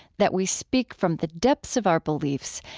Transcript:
that we speak from the depths of our beliefs,